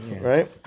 right